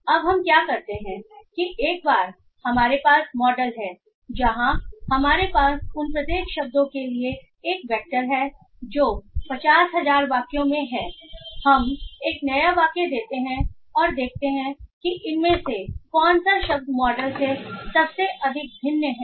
तो अब हम क्या करते हैं कि एक बार हमारे पास मॉडल है जहां हमारे पास उन प्रत्येक शब्दों के लिए एक वेक्टर है जो 50000 वाक्यों में हैं हम एक नया वाक्य देते हैं और देखते हैं कि इनमें से कौन सा शब्द मॉडल में सबसे अधिक भिन्न है